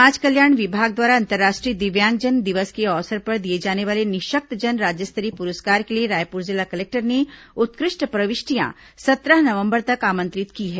समाज कल्याण विभाग द्वारा अंतर्राष्ट्रीय दिव्यांगजन दिवस के अवसर पर दिए जाने वाले निःशक्तजन राज्य स्तरीय पुरस्कार के लिए रायपुर जिला कलेक्टर ने उत्कृष्ट प्रविष्टियां सत्रह नवंबर तक आमंत्रित की है